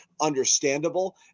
understandable